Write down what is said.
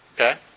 Okay